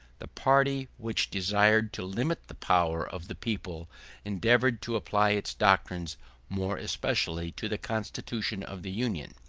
the party which desired to limit the power of the people endeavored to apply its doctrines more especially to the constitution of the union,